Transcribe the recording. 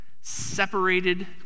separated